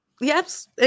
Yes